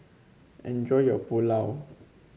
enjoy your Pulao